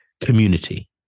community